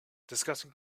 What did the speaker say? discussing